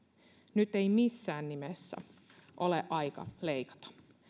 nyt ei missään nimessä ole aika leikata